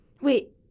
Wait